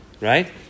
right